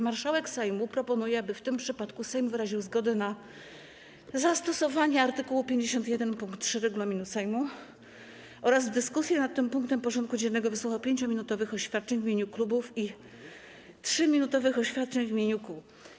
Marszałek Sejmu proponuje, aby w tym przypadku Sejm wyraził zgodę na zastosowanie art. 51 pkt 3 regulaminu Sejmu oraz w dyskusji nad tym punktem porządku dziennego wysłuchał 5-minutowych oświadczeń w imieniu klubów i 3-minutowych oświadczeń w imieniu kół.